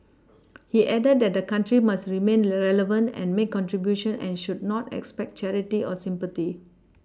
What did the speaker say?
he added that the country must remain relevant and make contributions and should not expect charity or sympathy